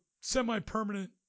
semi-permanent